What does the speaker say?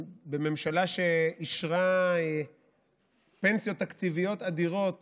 בממשלה שאישרה פנסיות תקציביות אדירות